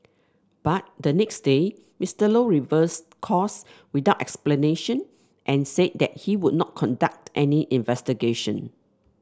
but the next day Mister Low reversed course without explanation and said that he would not conduct any investigation